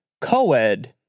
co-ed